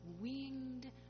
winged